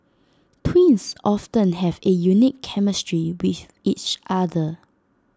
twins often have A unique chemistry with each other